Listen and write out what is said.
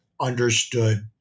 understood